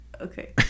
okay